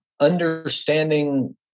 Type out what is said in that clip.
understanding